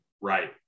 Right